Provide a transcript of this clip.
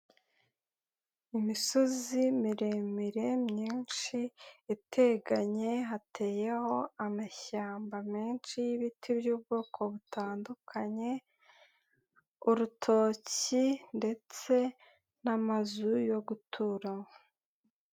Imisozi miremire myinshi yateganye hateyeho amashyamba menshi yibiti byubwoko butandukanye, urutoki ndetse n'amazu yo guturamo.